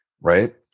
right